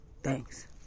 thanks